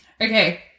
Okay